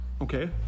okay